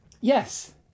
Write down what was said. Yes